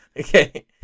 okay